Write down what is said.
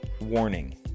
warning